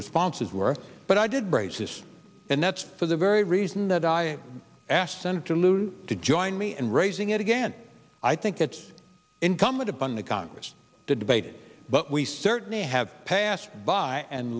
responses were but i did raise this and that's for the very reason that i asked senator lugar to join me and raising it again i think it's incumbent upon the congress to debate but we certainly have passed by and